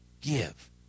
Give